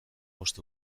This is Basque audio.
bost